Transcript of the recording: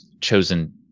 chosen